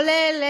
כולל,